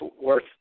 worth